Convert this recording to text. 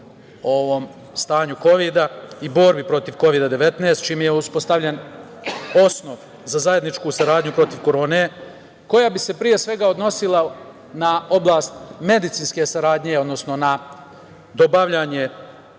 o stanju Kovida i borbi protiv Kovida 19, čim je uspostavljen osnov za zajedničku saradnju protiv korone, koja bi se pre svega odnosila na oblast medicinske saradnje, odnosno na dobavljanje,